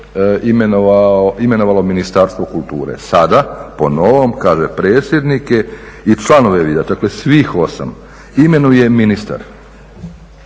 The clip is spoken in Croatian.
imenovalo Ministarstvo kulture. Sada, po novom, kaže predsjednik je i članove bira, dakle svih 8, imenuje ministar